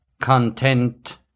content